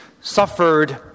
suffered